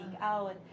out